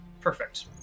Perfect